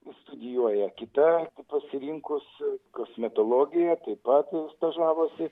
studijuoja kita pasirinkus kosmetologijoją taip pat stažavosi